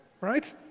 right